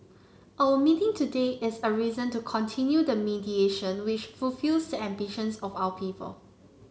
our meeting today is a reason to continue the mediation which fulfils the ambitions of our people